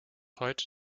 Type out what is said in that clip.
heute